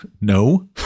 no